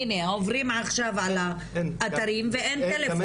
הנה עוברים עכשיו על האתרים ואין טלפון.